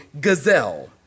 gazelle